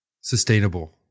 Sustainable